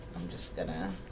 i'm just gonna